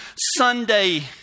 Sunday